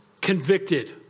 convicted